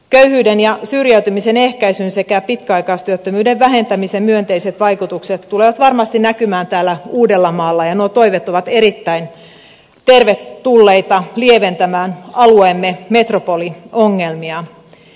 köyhyyden ja syrjäytymisen ehkäisyn sekä pitkäaikaistyöttömyyden vähentämisen myönteiset vaikutukset tulevat varmasti näkymään täällä uudellamaalla ja nuo toiveet ovat erittäin tervetulleita lieventämään alueemme metropoliongelmia